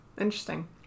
Interesting